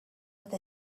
with